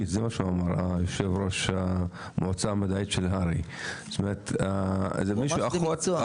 שאמר יושב-ראש המועצה המדעית של הר"י אמר כאן שזה כמו אחות מומחית.